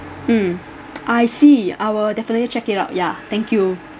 mm I see I will definitely check it out yeah thank you